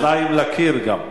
אוזניים לקיר גם.